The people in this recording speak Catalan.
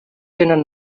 tenen